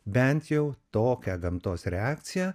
bent jau tokia gamtos reakcija